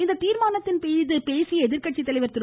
இந்த தீர்மானத்தின் மீது பேசிய எதிர்கட்சி தலைவர் திரு